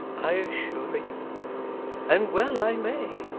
i assure you and well i may,